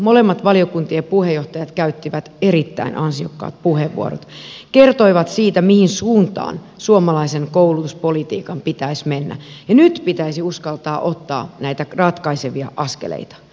molemmat valiokuntien puheenjohtajat käyttivät erittäin ansiokkaat puheenvuorot kertoivat siitä mihin suuntaan suomalaisen koulutuspolitiikan pitäisi mennä ja nyt pitäisi uskaltaa ottaa näitä ratkaisevia askeleita